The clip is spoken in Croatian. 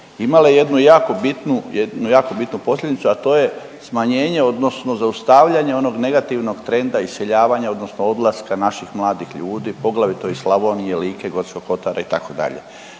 imale jednu jako bitnu posljedicu, a to je smanjenje, odnosno zaustavljanje onog negativnog trenda iseljavanja, odnosno odlaska naših mladih ljudi poglavito iz Slavonije, Like, Gorskog kotara itd.